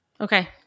Okay